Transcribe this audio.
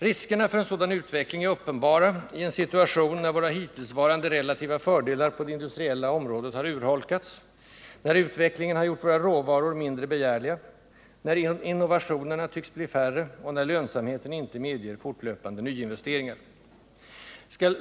Riskerna för en sådan utveckling är uppenbara i en situation, när våra hittillsvarande relativa fördelar på det industriella området har urholkats, när utvecklingen har gjort våra råvaror mindre begärliga, när innovationerna tycks bli färre och när lönsamheten inte medger fortlöpande nyinvesteringar.